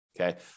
okay